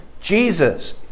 Jesus